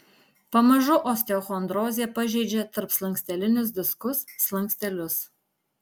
pamažu osteochondrozė pažeidžia tarpslankstelinius diskus slankstelius